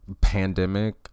pandemic